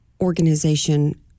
organization